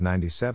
97